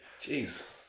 jeez